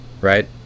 right